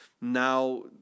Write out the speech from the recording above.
Now